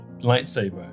lightsaber